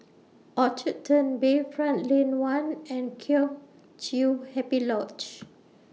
Orchard Turn Bayfront Lane one and Kheng Chiu Happy Lodge